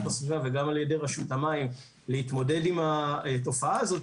הסביבה וגם על ידי רשות המים להתמודד עם התופעה הזאת,